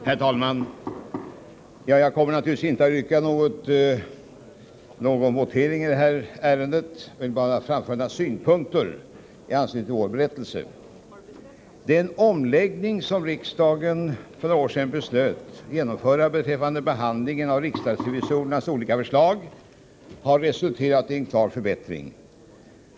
Herr talman! Jag kommer naturligtvis inte att begära votering i det här ärendet. Jag vill bara framföra synpunkter i anslutning till revisorernas berättelse. Den omläggning som riksdagen för några år sedan beslöt att genomföra beträffande behandlingen av riksdagsrevisorernas olika förslag har resulterat i en klar förbättring.